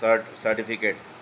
سرٹ certificate